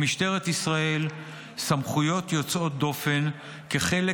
למשטרת ישראל סמכויות יוצאות דופן כחלק